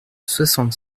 soixante